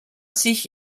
sich